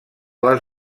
les